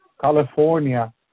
California